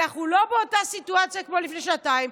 אנחנו לא באותה סיטואציה כמו לפני שנתיים,